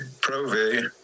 Prove